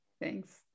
thanks